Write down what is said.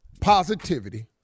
Positivity